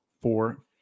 four